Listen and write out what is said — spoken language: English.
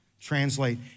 Translate